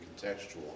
contextual